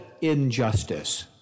injustice